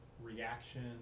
Reaction